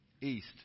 East